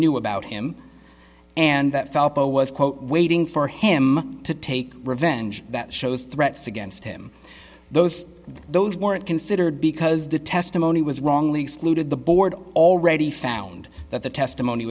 knew about him and that phelps was quote waiting for him to take revenge that shows threats against him those those weren't considered because the testimony was wrongly excluded the board already found that the testimony